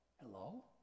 Hello